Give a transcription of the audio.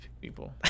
people